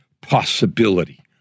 possibility